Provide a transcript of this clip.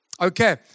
Okay